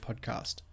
podcast